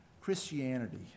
Christianity